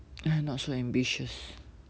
I not so ambitious